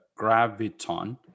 Graviton